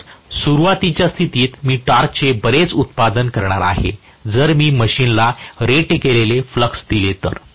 म्हणूनच सुरुवातीच्या स्थितीत मी टॉर्कचे बरेच उत्पादन करणार आहे जर मी मशीनला रेट केलेले फ्लॅक्स दिले तर